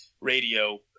Radio